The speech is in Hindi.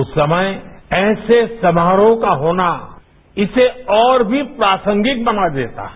उस समय ऐसे समारोह का होना इसे और भी प्रासंगिक बना देता है